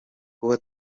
kuba